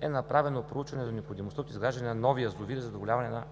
е направено проучване за необходимостта от изграждане на нови язовири за задоволяване на